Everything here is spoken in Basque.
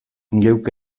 geuk